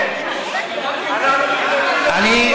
אני,